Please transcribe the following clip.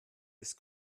ist